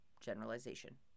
generalization